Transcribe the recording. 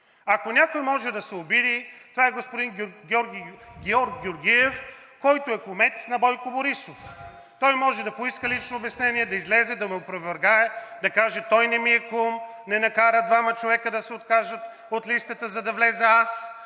Ако някой може да се обиди, това е господин Георг Георгиев, който е кумец на Бойко Борисов. Той може да поиска лично обяснение, да излезе, да ме опровергае, да каже: той не ми е кум, не накара двама човека да се откажат от листата, за да вляза аз